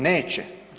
Neće.